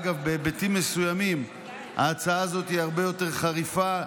אגב, בהיבטים מסוימים ההצעה הזאת הרבה יותר חריפה,